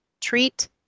Treat